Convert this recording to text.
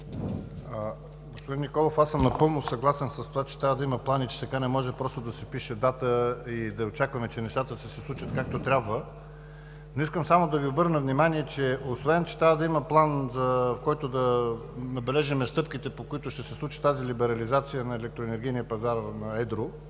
Господин Николов, аз съм напълно съгласен, че трябва да има план и че така не може просто да се пише дата и да очакваме, че нещата ще се случат както трябва. Но искам само да Ви обърна внимание, освен че трябва да има план, с който да набележим стъпките, по които ще се случи тази либерализация на електроенергийния пазар на едро,